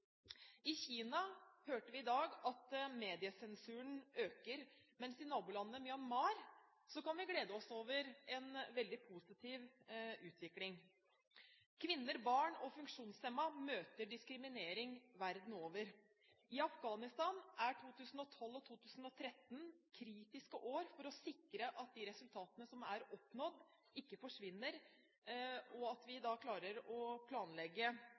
hørte i dag at mediesensuren i Kina øker, mens i nabolandet Myanmar kan vi glede oss over en veldig positiv utvikling. Kvinner, barn og funksjonshemmede møter diskriminering verden over. I Afghanistan er 2012 og 2013 kritiske år for å sikre at de resultatene som er oppnådd, ikke forsvinner, og at vi klarer å planlegge